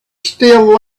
still